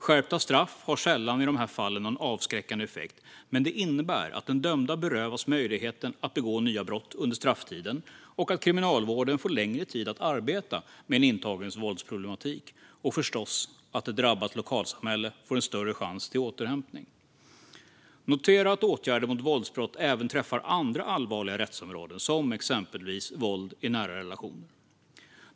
Skärpta straff har sällan någon avskräckande effekt i dessa fall, men det innebär att den dömde berövas möjligheten att begå nya brott under strafftiden och att kriminalvården får längre tid att arbeta med en intagens våldsproblematik. Och ett drabbat lokalsamhälle får förstås en större chans till återhämtning. Det kan noteras att åtgärder mot våldsbrott även träffar andra allvarliga rättsområden, exempelvis våld i nära relationer.